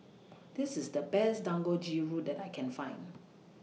This IS The Best Dangojiru that I Can Find